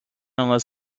unless